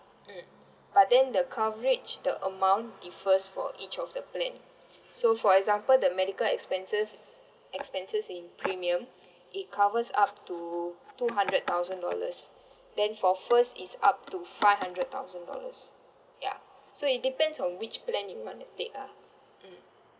mm but then the coverage the amount differs for each of the plan so for example the medical expenses expenses in premium it covers up to two hundred thousand dollars then for first it's up to five hundred thousand dollars ya so it depends on which plan you want to take lah mm